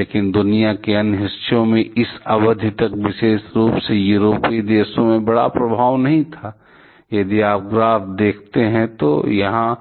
लेकिन दुनिया के अन्य हिस्सों में इस अवधि तक विशेष रूप से यूरोपीय देशों में बड़ा प्रभाव नहीं था यदि आप ग्राफ से देखते हैं तो यहाँ